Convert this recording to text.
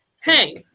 hey